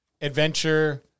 adventure